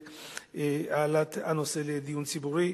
בהעלאת הנושא לדיון ציבורי.